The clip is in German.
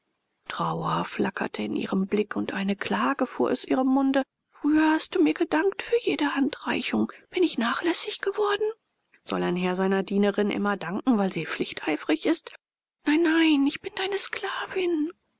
trauer flackerte in ihrem blick und eine klage fuhr aus ihrem munde früher hast du mir gedankt für jede handreichung bin ich nachlässig geworden soll ein herr seiner dienerin immer danken weil sie pflichteifrig ist nein nein ich bin deine sklavin